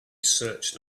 searched